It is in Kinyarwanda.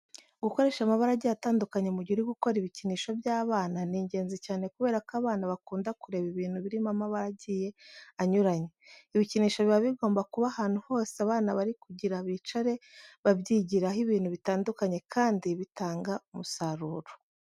Gukoresha amabara agiye atandukanye mu gihe uri gukora ibikinisho by'abana ni ingenzi cyane kubera ko abana bakunda kureba ibintu birimo amabara agiye anyuranye. Ibikinisho biba bigomba kuba ahantu hose abana bari kugira bicare babyigiraho ibintu bitandukanye kandi bitanga umusaruro.